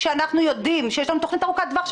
שאנחנו יודעים שיש לנו תכנית ארוכת טווח,